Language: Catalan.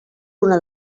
una